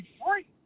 free